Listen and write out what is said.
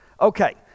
Okay